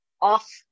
off